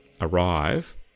arrive